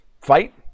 fight